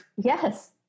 Yes